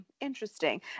interesting